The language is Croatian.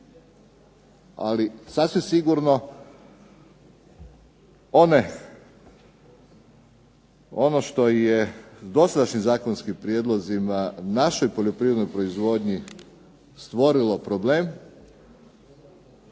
ali sasvim sigurno ono što je dosadašnjim zakonskim prijedlozima našoj poljoprivrednoj proizvodnji stvorilo problem,